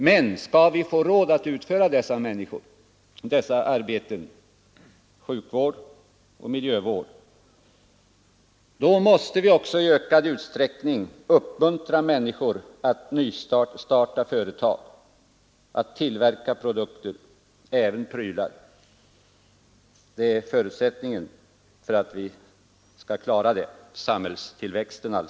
Men skall vi få råd att utföra dessa arbeten — sjukvård och miljövård — måste vi också i ökad utsträckning uppmuntra människor att nystarta företag, att tillverka produkter, även prylar. Det är förutsättningen för att vi skall kunna klara samhällstillväxten.